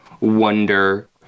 wonder